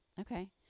okay